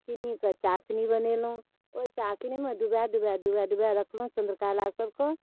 चिन्नीके चाशनी बनेलहुँ ओहि चाशनीमे डुबा डुबा डुबा डुबा रखलहुँ चन्द्रकलासबके